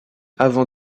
avant